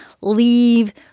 Leave